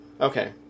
Okay